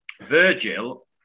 Virgil